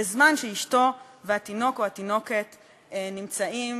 בזמן שאשתו והתינוק או התינוקת נמצאים